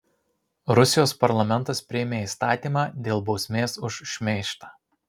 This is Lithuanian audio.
rusijos parlamentas priėmė įstatymą dėl bausmės už šmeižtą